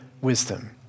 wisdom